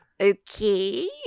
Okay